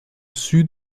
sud